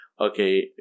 okay